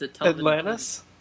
Atlantis